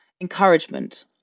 encouragement